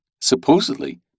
Supposedly